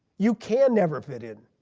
you can never fit it.